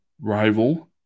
rival